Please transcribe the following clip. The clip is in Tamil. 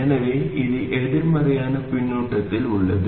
எனவே இது எதிர்மறையான பின்னூட்டத்தில் உள்ளது